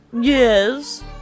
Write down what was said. Yes